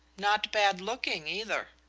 not bad looking, either.